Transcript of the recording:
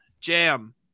Jam